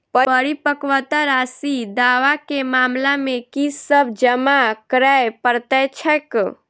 परिपक्वता राशि दावा केँ मामला मे की सब जमा करै पड़तै छैक?